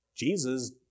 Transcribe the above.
Jesus